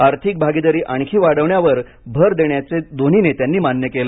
आर्थिक भागीदारी आणखी वाढवण्यावर भर देण्याचे दोन्ही नेत्यांनी मान्य केलं